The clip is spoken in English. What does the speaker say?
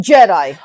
Jedi